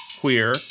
queer